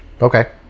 Okay